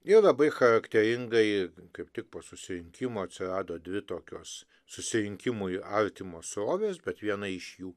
ir labai charakteringai kaip tik po susirinkimo atsirado dvi tokios susirinkimui artimos srovės bet viena iš jų